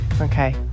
Okay